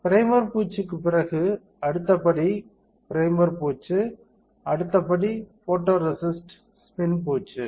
primer பூச்சுக்குப் பிறகு அடுத்த படி ப்ரைமர் பூச்சு அடுத்த படி ஃபோட்டோரேசிஸ்ட் ஸ்பின் பூச்சு